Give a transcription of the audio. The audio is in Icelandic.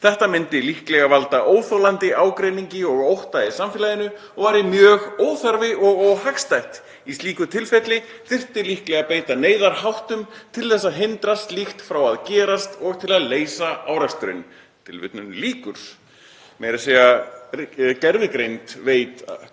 Þetta myndi líklega valda óþolandi ágreiningi og ótta í samfélaginu og væri mjög óþarfi og óhagstætt. Í slíku tilfelli þyrfti líklega beita neyðarháttum til að hindra slíkt frá að gerast og til að leysa áreksturinn.“ Meira að segja gervigreind veit hvað